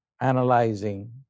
analyzing